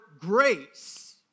grace